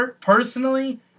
personally